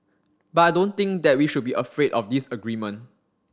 but I don't think that we should be afraid of disagreement